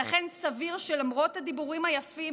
ולכן סביר שלמרות הדיבורים היפים,